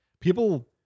People